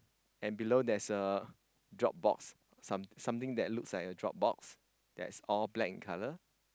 and below there's a drop box some something that looks like a drop box that's all black in colour